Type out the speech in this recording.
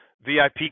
vip